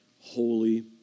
holy